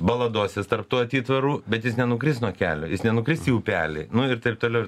baladosis tarp tų atitvarų bet jis nenukris nuo kelio jis nenukris į upelį ir taip toliau ir